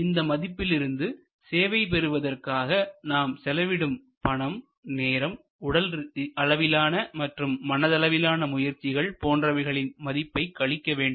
இந்த மதிப்பிலிருந்து சேவை பெறுவதற்காக நாம் செலவிடும் பணம்நேரம்உடல் அளவிலான மற்றும் மனதளவிலான முயற்சிகள் போன்றவைகளின் மதிப்பை கழிக்க வேண்டும்